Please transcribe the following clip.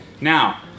Now